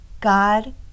God